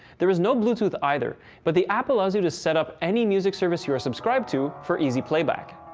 there is no bluetooth either, but the app allows you to set up any music service you are subscribed to for easy playback.